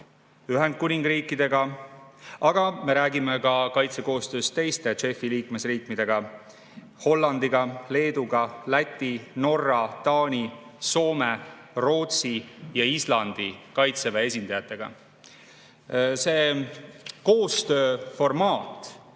Ühendkuningriigiga, aga me räägime ka kaitsekoostööst teiste JEF‑i liikmesriikidega: Hollandi, Leedu, Läti, Norra, Taani, Soome, Rootsi ja Islandi kaitseväe esindajatega. Ühendkuningriigi